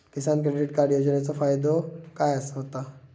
किसान credit card योजनेचो फायदो काय होता?